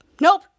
Nope